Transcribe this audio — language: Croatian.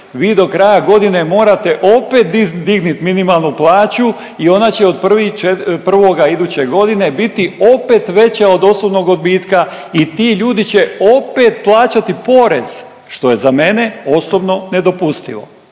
vi do kraja godine morate dignit minimalnu plaću i ona će od 1. .../nerazumljivo/... 1. iduće godine biti opet veća od osobnog odbitka i ti ljudi će opet plaćati porez, što je za mene osobno nedopustivo.